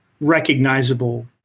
recognizable